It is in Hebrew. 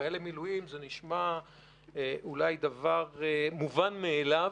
חיילי מילואים זה נשמע מובן מאליו,